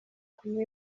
kunywa